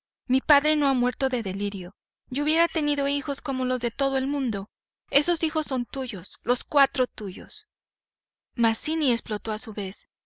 mi padre no ha muerto de delirio yo hubiera tenido hijos como los de todo el mundo esos son hijos tuyos los cuatro tuyos mazzini explotó a su vez